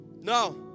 No